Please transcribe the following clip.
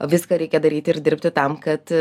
viską reikia daryti ir dirbti tam kad